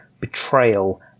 betrayal